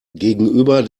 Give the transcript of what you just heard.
gegenüber